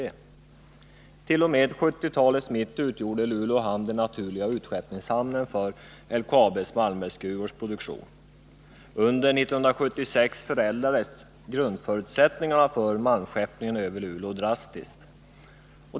T. o. m. mitten av 1970-talet utgjorde Luleå hamn den naturliga skeppningshamnen för LKAB:s Malmbergsgruvors produktion. Under 1976 förändrades grundförutsättningarna för malmskeppningen över Luleå drastiskt.